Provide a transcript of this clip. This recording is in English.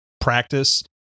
practice